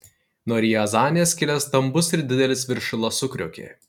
nuo riazanės kilęs stambus ir didelis viršila sukriokė